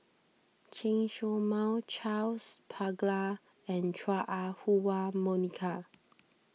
Chen Show Mao Charles Paglar and Chua Ah Huwa Monica